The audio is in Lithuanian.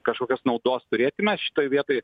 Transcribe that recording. kažkokios naudos turėtume šitoj vietoj